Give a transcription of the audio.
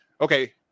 okay